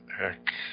Heck